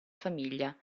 famiglia